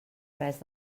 res